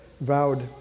vowed